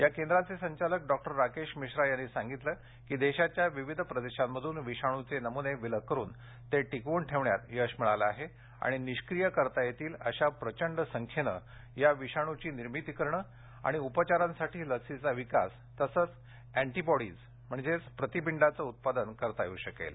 या केंद्राचे संचालक डॉक्टर राकेश मिश्रा यांनी सांगितलं की देशाच्या विविध प्रदेशांमधून विषाणूचे नमुने विलग करुन ते टिकवून ठेवण्यात यश मिळालं आहे आणि निष्क्रीय करता येतील अशा प्रचंड संख्येन या विषाणूची निर्मिती करणं आणि उपचारांसाठी लसीचा विकास आणि अँडीबॉडी म्हणजे प्रतिपिंडांचं उत्पादन करता येऊ शकेल